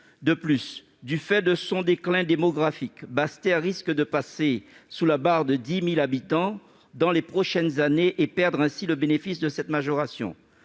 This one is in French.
De plus, du fait de son déclin démographique, Basse-Terre risque de passer sous la barre des 10 000 habitants dans les prochaines années et ainsi perdre le bénéfice de cette majoration.